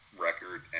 record